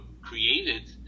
created